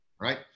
Right